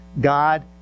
God